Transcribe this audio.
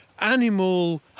animal